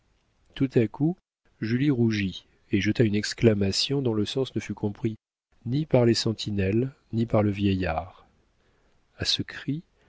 tout à coup julie rougit et jeta une exclamation dont le sens ne fut compris ni par les sentinelles ni par le vieillard a ce cri